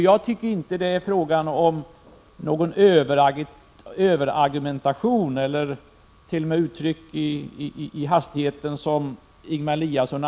Jag tycker inte att det är fråga om någon överargumentation eller, som Ingemar Eliasson i hastigheten uttryckte det, ”politisk buskis i riksdagen”.